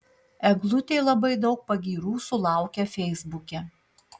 eglutė labai daug pagyrų sulaukia feisbuke